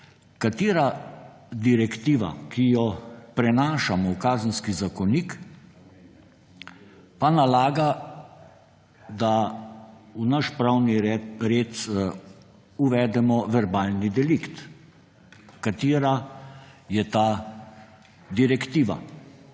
katera direktiva, ki jo prenašamo v Kazenski zakonik, pa nalaga, da v naš pravni red uvedemo verbalni delikt. Katera je ta direktiva?